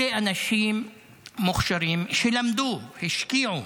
אלה אנשים מוכשרים שלמדו, השקיעו,